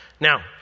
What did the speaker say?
Now